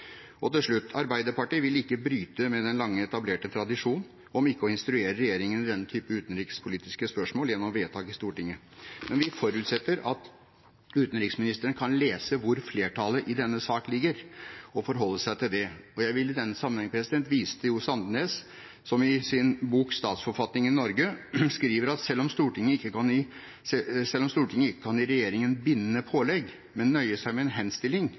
Til slutt: Arbeiderpartiet vil ikke bryte med den lange etablerte tradisjon om ikke å instruere regjeringen i denne type utenrikspolitiske spørsmål gjennom vedtak i Stortinget. Men vi forutsetter at utenriksministeren kan lese hvor flertallet i denne sak ligger og forholder seg til det. Jeg vil i denne sammenheng vise til Johs. Andenæs, som i sin bok «Statsforfatningen i Norge» skriver at selv om Stortinget «ikke kan gi regjeringen bindende pålegg, men må nøye seg med en henstilling,